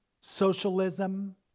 socialism